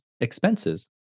expenses